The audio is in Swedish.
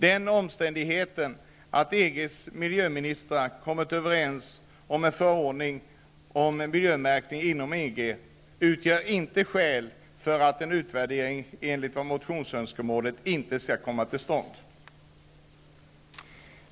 Den omständigheten att EG:s miljöministrar kommit överens om en förordning om miljömärkning inom EG utgör inte skäl för att en utvärdering i enlighet med motionen inte skall komma till stånd.